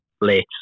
late